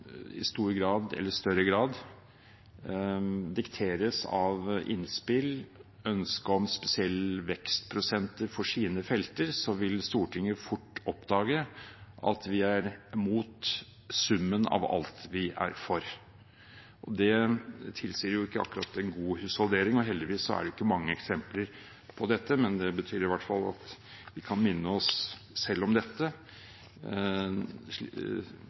i større grad dikteres av innspill, ønske om spesielle vekstprosenter for sine felter, vil Stortinget fort oppdage at vi er imot summen av alt vi er for. Det tilsier ikke akkurat en god husholdering, og heldigvis er det ikke mange eksempler på dette. Men det betyr i hvert fall at vi kan minne oss selv om dette,